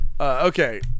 okay